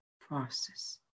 process